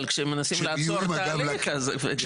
אבל כשמנסים לעצור תהליך --- אני מסכים איתך